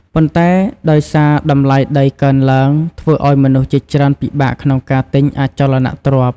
ប៉ុន្តែដោយសារតម្លៃដីកើនឡើង ធ្វើឱ្យមនុស្សជាច្រើនពិបាកក្នុងការទិញអចលនទ្រព្យ។